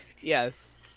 Yes